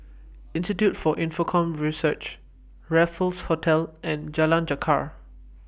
Institute For Infocomm Research Raffles Hotel and Jalan Jarak